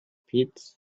pits